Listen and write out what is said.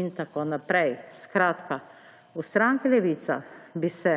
In tako naprej. Skratka, v stranki Levica bi se